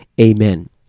Amen